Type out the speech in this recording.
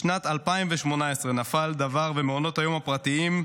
בשנת 2018 נפל דבר במעונות היום הפרטיים,